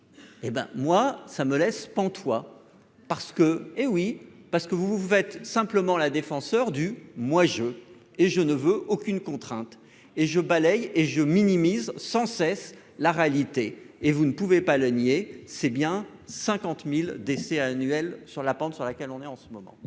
hé ben moi, ça me laisse pantois parce que, hé oui, parce que vous faites simplement la défenseure du moi je, et je ne veux aucune contrainte et je balaye et je minimise sans cesse la réalité et vous ne pouvez pas le nier, c'est bien 50000 décès annuels sur la pente sur laquelle on est en ce moment.